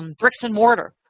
um bricks and mortar.